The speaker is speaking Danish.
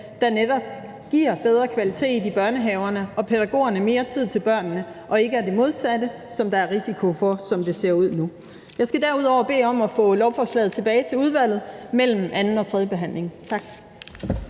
der netop giver bedre kvalitet i børnehaverne og pædagogerne mere tid til børnene og ikke det modsatte, som der er risiko for, sådan som det ser ud nu. Jeg skal derudover bede om at få lovforslaget tilbage til udvalget mellem anden og tredje behandling. Tak.